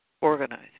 organized